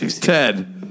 Ted